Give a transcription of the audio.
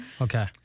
Okay